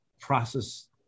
process